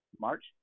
March